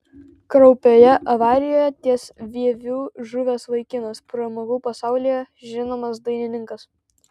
kraupioje avarijoje ties vieviu žuvęs vaikinas pramogų pasaulyje žinomas dainininkas